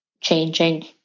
changing